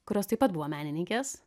kurios taip pat buvo menininkės